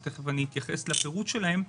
שתכף אתייחס לפירוט שלהם.